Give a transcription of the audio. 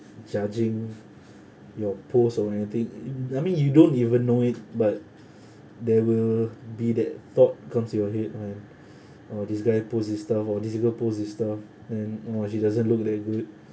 judging your post or anything mm I mean you don't even know it but there will be that thought comes to your head right oh this guy post this stuff oh this girl post this stuff oh she doesn't look that good